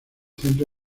centro